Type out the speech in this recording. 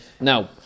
Now